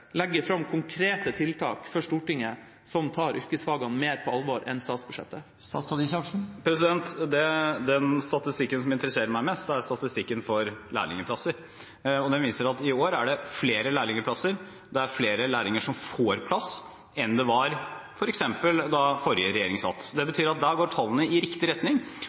legge fram for Stortinget konkrete tiltak som tar yrkesfagene mer på alvor enn det statsbudsjettet gjør? Den statistikken som interesserer meg mest, er statistikken for lærlingplasser, og den viser at i år er det flere lærlingplasser, det er flere lærlinger som får plass enn det var f.eks. da forrige regjering satt. Det betyr at der går tallene i riktig retning,